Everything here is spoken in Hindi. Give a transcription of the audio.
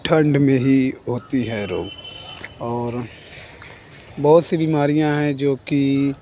ठंड में ही होते हैं रोग और बहत सी बीमारियां हैं जो कि